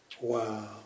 Wow